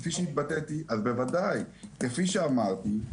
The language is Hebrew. אז בוודאי, כפי שאמרתי,